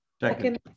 Second